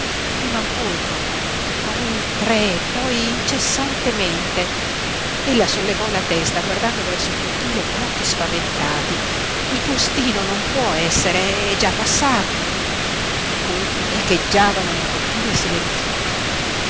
prima un colpo poi tre poi incessantemente ella sollevò la testa guardando verso il cortile con occhi spaventati il postino non può essere è già passato i colpi echeggiavano nel cortile silenzioso